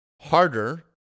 harder